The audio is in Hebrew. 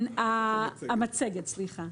המצגת, סליחה.